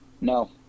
No